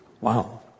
Wow